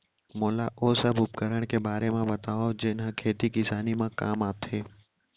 मोला ओ सब उपकरण के बारे म बतावव जेन ह खेती किसानी म काम आथे?